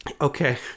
Okay